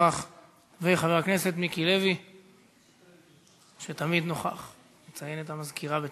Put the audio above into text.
דוח של ה-OECD ממקם את ישראל כמדינה עם שיעורי